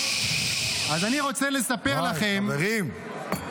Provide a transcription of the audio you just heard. די, חברים.